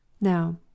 now